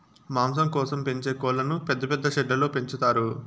మాంసం కోసం పెంచే కోళ్ళను పెద్ద పెద్ద షెడ్లలో పెంచుతారు